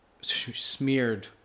smeared